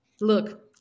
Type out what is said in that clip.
Look